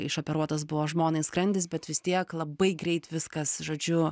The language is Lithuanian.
išoperuotas buvo žmonai skrandis bet vis tiek labai greit viskas žodžiu